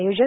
आयोजन